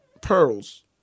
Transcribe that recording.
pearls